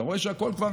אתה רואה שהכול שם,